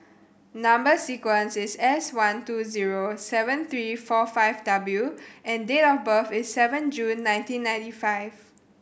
number sequence is S one two zero seven three four five W and date of birth is seven June nineteen ninety five